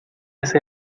ese